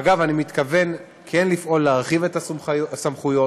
אגב, אני מתכוון לפעול להרחיב את הסמכויות.